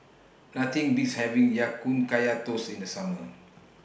Nothing Beats having Ya Kun Kaya Toast in The Summer